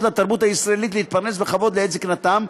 לתרבות הישראלית להתפרנס בכבוד לעת זיקנתם,